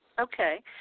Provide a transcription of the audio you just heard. Okay